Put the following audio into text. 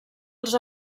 els